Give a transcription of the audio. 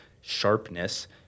sharpness